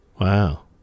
Wow